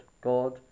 God